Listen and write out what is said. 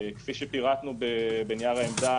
כפי שפירטנו בנייר העמדה,